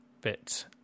bit